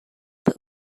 but